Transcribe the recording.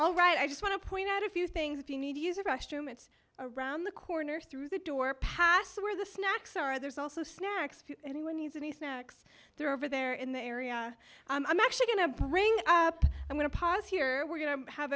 all right i just want to point out a few things if you need to use a restroom it's around the corner through the door past where the snacks are there's also snacks anyone needs any snacks there are over there in the area i'm actually going to bring up i'm going to pas here we're going to have